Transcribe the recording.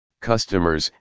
customers